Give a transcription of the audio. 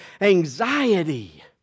anxiety